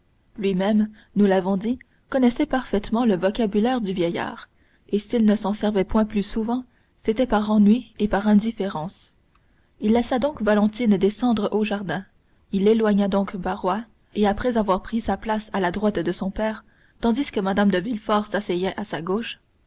lui-même nous l'avons dit connaissait parfaitement le vocabulaire du vieillard et s'il ne s'en servait point plus souvent c'était par ennui et par indifférence il laissa donc valentine descendre au jardin il éloigna donc barrois et après avoir pris sa place à la droite de son père tandis que mme de villefort s'asseyait à sa gauche